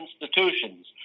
institutions